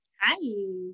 Hi